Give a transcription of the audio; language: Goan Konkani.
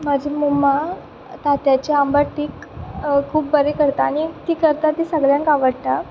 म्हाजी मोम्मा तांतयांचें आंबट तीख खूब बरें करता आनी ती करता ती सगल्यांक आवडटा